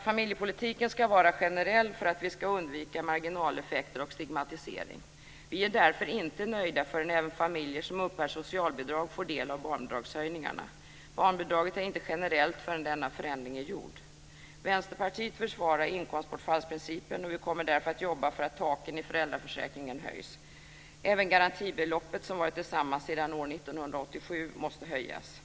Familjepolitiken ska vara generell för att vi ska undvika marginaleffekter och stigmatisering. Vi är därför inte nöjda förrän även familjer som uppbär socialbidrag får del av barnbidragshöjningarna. Barnbidraget är inte generellt förrän denna förändring är gjord. Vänsterpartiet försvarar inkomstbortfallsprincipen, och vi kommer därför att jobba för att taken i föräldraförsäkringen höjs. Även garantibeloppet, som varit det samma sedan år 1987, måste höjas.